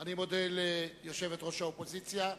אני מודה ליושבת-ראש האופוזיציה.